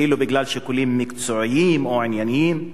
כאילו בגלל שיקולים מקצועיים או ענייניים.